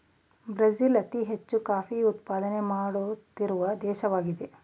Brazil ಅತಿ ಹೆಚ್ಚು coffee ಉತ್ಪಾದನೆ ಮಾಡುತ್ತಿರುವ ದೇಶವಾಗಿದೆ